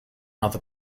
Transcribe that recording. other